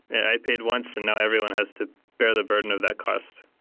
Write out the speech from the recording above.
and i paid once and now everyone has to bear the burden of that cost.